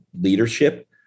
leadership